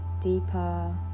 deeper